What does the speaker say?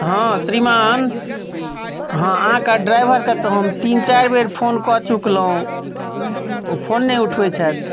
हॅं श्रीमान हॅं आहाँके ड्राइवर के तऽ हम तीन चारि बेर फ़ोन कऽ चुकलहुॅं ओ फ़ोन नहि उठबैत छथि